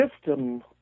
system